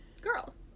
Girls